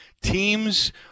teams